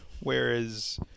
Whereas